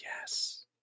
Yes